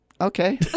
Okay